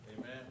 Amen